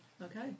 Okay